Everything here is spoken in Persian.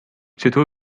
چطور